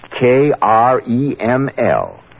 K-R-E-M-L